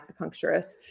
acupuncturist